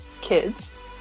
kids